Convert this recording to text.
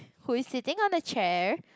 who is sitting on the chair